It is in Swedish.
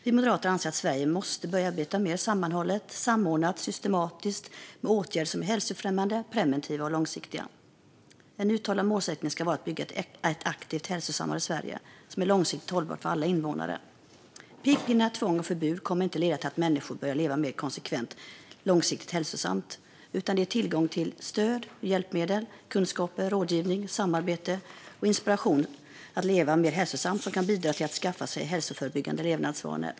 Vi moderater anser att Sverige måste börja arbeta mer sammanhållet, samordnat och systematiskt med åtgärder som är hälsofrämjande, preventiva och långsiktiga. En uttalad målsättning ska vara att bygga ett aktivt, hälsosammare Sverige, som är långsiktigt hållbart för alla invånare. Pekpinnar, tvång och förbud kommer inte att leda till att människor börjar leva mer konsekvent och långsiktigt hälsosamt, utan det är tillgång till stöd, hjälpmedel, kunskaper, rådgivning, samarbete och inspiration att leva mer hälsosamt som kan bidra till att människor skaffar sig hälsofrämjande levnadsvanor.